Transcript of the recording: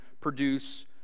produce